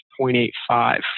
0.85